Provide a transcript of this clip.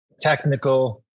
technical